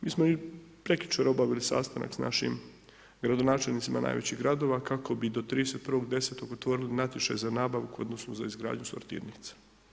Mi smo prekjučer obavili sastanak s našim gradonačelnicima najvećih gradova, kako bi do 31.10. otvorili natječaj za nabavku, odnosno, za izgradnju sortirnice.